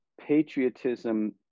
patriotism